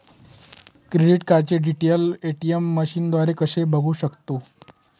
Credit कार्डचे details ATM मशीनद्वारे कसे बघू शकतो?